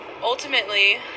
ultimately